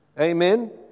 Amen